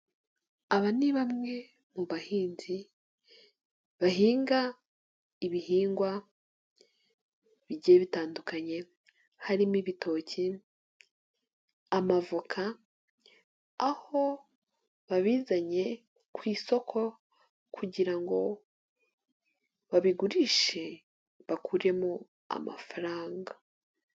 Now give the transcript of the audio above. Aba ni bamwe mu bahinzi bahinga ibihingwa bigiye bitandukanye: harimo ibitoki, amavoka aho babizanye ku isoko kugira ngo babigurishe bakuremo amafaranga.